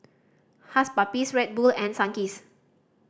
Hush Puppies Red Bull and Sunkist